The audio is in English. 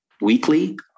weekly